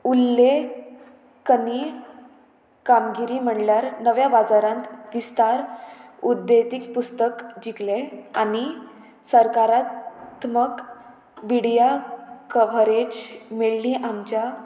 उल्लेखनीय कामगिरी म्हणल्यार नव्या बाजारांत विस्तार उद्देतीक पुस्तक जिकले आनी सरकारात्मक बिडिया कव्हरेज मेळ्ळी आमच्या